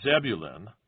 Zebulun